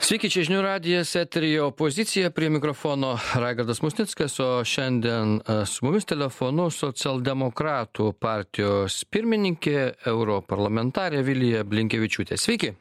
sveiki čia žinių radijas eteryje opozicija prie mikrofono raigardas musnickas o šiandien su mumis telefonu socialdemokratų partijos pirmininkė europarlamentarė vilija blinkevičiūtė sveiki